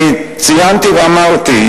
אני ציינתי ואמרתי,